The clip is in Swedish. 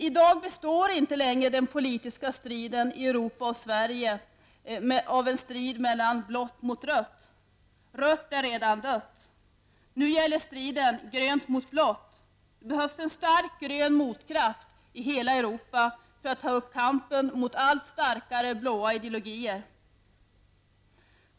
I dag består inte längre den politiska striden i Europa och Sverige av striden blått mot rött. Rött är redan dött. Nu gäller striden grönt mot blått. Det behövs en stark grön motkraft i hela Europa för att ta upp kampen mot allt starkare blåa ideologier.